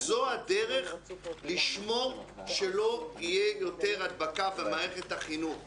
זו הדרך לשמור שלא תהיה יותר הדבקה במערכת החינוך.